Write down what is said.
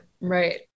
Right